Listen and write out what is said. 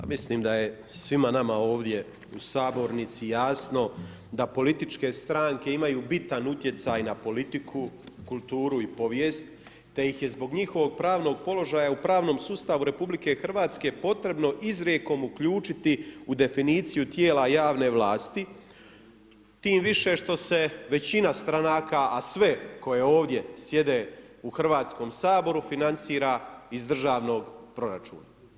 Mislim da je svima nama ovdje u sabornici jasno da političke stranke imaju bitan utjecaj na politiku, kulturu i povijest te ih je zbog njihovog pravnog položaja u pravnom sustavu RH potrebno izrijekom uključiti u definiciju tijela javne vlasti, tim više što se većina stranka, a sve koje ovdje sjede u Hrvatskom saboru financira iz državnog proračuna.